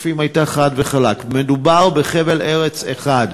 הכספים הייתה חד וחלק: מדובר בחבל ארץ אחד,